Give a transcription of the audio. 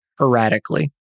erratically